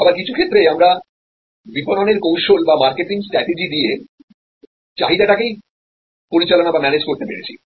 আবার কিছু ক্ষেত্রে আমরা বিপণনের কৌশল বা মার্কেটিং স্ট্রাটেজি দিয়ে চাহিদা টাকেই পরিচালনা করতে পেরেছি